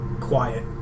quiet